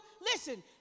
Listen